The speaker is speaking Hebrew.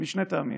משני טעמים: